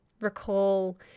recall